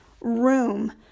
room